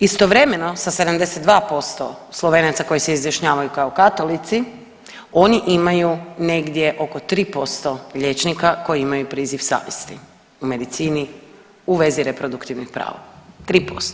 Istovremeno sa 72% Slovenaca koji se izjašnjavaju kao katolici oni imaju negdje oko 3% liječnika koji imaju priziv savjesti u medicini u vezi reproduktivnih prava 3%